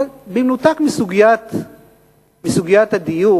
אבל במנותק מסוגיית הדיור,